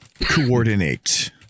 coordinate